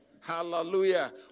Hallelujah